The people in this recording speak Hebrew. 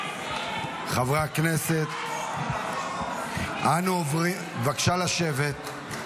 חברי הכנסת, בבקשה לשבת.